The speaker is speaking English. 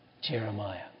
Jeremiah